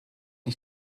ich